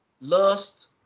lust